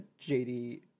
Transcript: JD